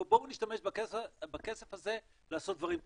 בואו נשתמש בכסף הזה לעשות דברים טובים,